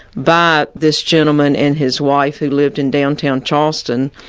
but this gentleman and his wife who lived in downtown charleston,